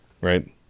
right